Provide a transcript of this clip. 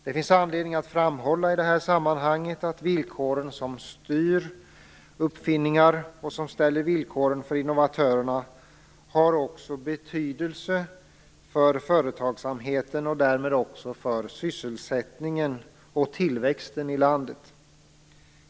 Det finns anledning att i detta sammanhang framhålla att villkoren som styr uppfinningar och som ställer villkoren för innovatörerna också har betydelse för företagsamheten och därmed också för sysselsättningen och tillväxten i landet.